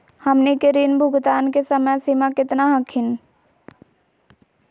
हमनी के ऋण भुगतान के समय सीमा केतना हखिन?